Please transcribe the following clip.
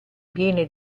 viene